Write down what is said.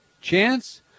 Chance